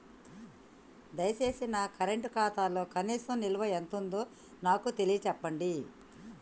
దయచేసి నా కరెంట్ ఖాతాలో కనీస నిల్వ ఎంతుందో నాకు తెలియచెప్పండి